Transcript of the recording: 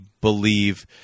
believe